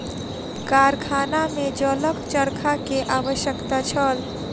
कारखाना में जलक चरखा के आवश्यकता छल